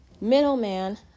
Middleman